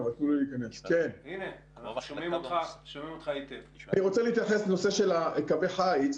אני רוצה להתייחס בהתחלה לנושא של קווי חיץ.